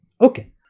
okay